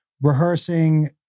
rehearsing